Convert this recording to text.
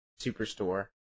Superstore